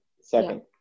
second